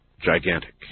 gigantic